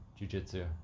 jujitsu